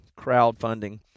crowdfunding